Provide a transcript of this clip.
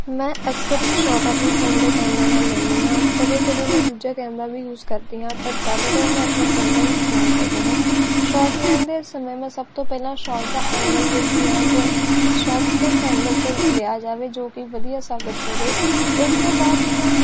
ਮੈਂ ਅਕਸਰ ਹੀ ਸ਼ੋਟ ਆਪਣੇ ਫੋਨ ਦੇ ਕੈਮਰੇ ਨਾਲ ਲੈਂਦੀ ਆ ਕਦੀ ਕਦੀ ਮੈਂ ਦੂਜਾ ਕੈਮਰਾ ਵੀ ਯੂਜ ਕਰਦੀ ਹਾਂ ਪਰ ਜ਼ਿਆਦਾਤਰ ਮੈਂ ਆਪਣਾ ਫੋਨ ਦਾ ਹੀ ਇਸਤੇਮਾਲ ਕਰਦੀ ਹਾਂ ਸ਼ਾਰਟ ਲੈਣ ਦੇ ਸਮੇਂ ਮੈਂ ਸਭ ਤੋਂ ਪਹਿਲਾਂ ਸ਼ਾਟ ਦਾ ਐਂਗਲ ਵੇਖਦੀ ਹਾਂ ਕਿ ਸ਼ੋਟ ਕਿਸ ਐਂਗਲ ਤੋਂ ਲਿਆ ਜਾਵੇ ਜੋ ਕਿ ਵਧੀਆ ਸਾਬਤ ਹੋਵੇ ਇਸ ਤੋਂ ਬਾਅਦ ਮੈਂ